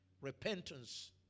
Repentance